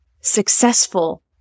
successful